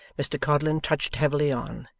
mr codlin trudged heavily on,